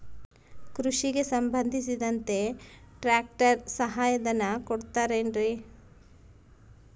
ಕೃಷಿಗೆ ಸಂಬಂಧಿಸಿದಂತೆ ಟ್ರ್ಯಾಕ್ಟರ್ ಸಹಾಯಧನ ಕೊಡುತ್ತಾರೆ ಏನ್ರಿ?